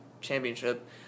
championship